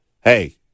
hey